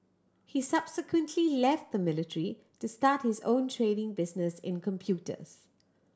he subsequently left the military to start his own trading business in computers